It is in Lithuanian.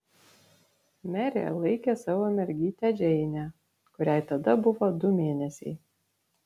merė laikė savo mergytę džeinę kuriai tada buvo du mėnesiai